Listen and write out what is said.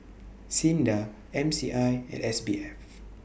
SINDA M C I and S B F